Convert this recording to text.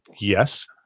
Yes